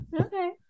Okay